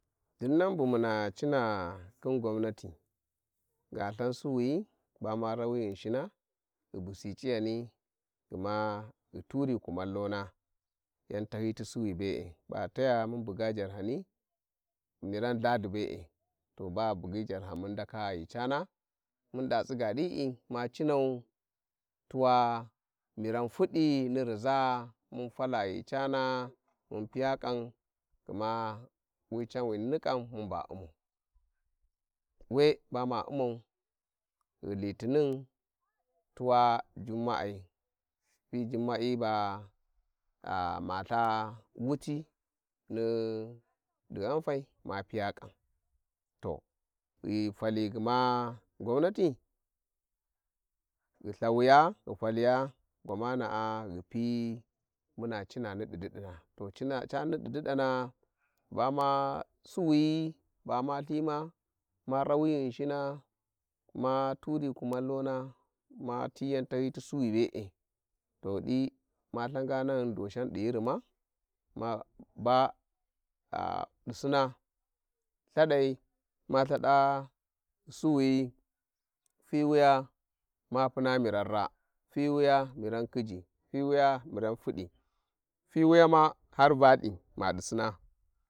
﻿Dinnan bu muna cina khin gwamnatı gha Ithan suwuyi ba ma rawi ghirashina ghi busi c'iyani gma ghi turi kumallom yan tahyiyi ti suwi be`e, ba ghi taya mun buga jarhani, miran chathi be`e to ba ghi bugyi jarhan mun ndaka ghi cana mun da tsiga di'i man cinau tuwa miran fudi ni riza mun fala gha cana mun piya kam gma wi canwini ni kam ba ma u`mau mun ba u may we litinin tung jumma'çi, ghi fi jummaa by bama ths wuti nidi ghantai mapinte egm to, ghi fali gma qwamnati, ghi ongwiys ghi faliys gwamana'a ghi piy muna cina nidi didana to cani nidi didana bama, suwuyi bama lthima ma rawi ghinshina mafuri kumalllona ma ti yan tahyiyi ti suwi be`e, to ghidi ma thanga naghum doshen di ghirghuma ma ba disina Ithadai ma Ithada suwuyi, fiwing ma puna miran ras, fiwiya miran khiju fiwiya miran khiji fiwiya ma har miran valthi ma sina.